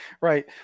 Right